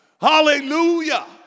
Hallelujah